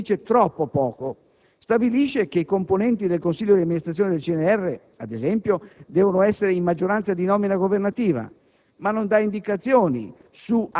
Al riguardo il disegno di legge dice troppo poco. Stabilisce che i componenti del consiglio d'amministrazione del CNR, ad esempio, devono essere in maggioranza di nomina governativa,